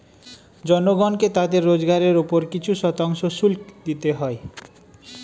জনগণকে তাদের রোজগারের উপর কিছু শতাংশ শুল্ক দিতে হয়